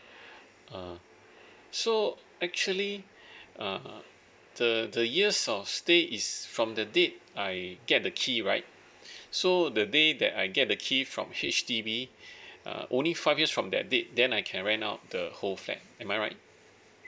uh so actually uh the the years of stay is from the date I get the key right so the day that I get the key from H_D_B uh only five years from that date then I can rent out the whole flat am I right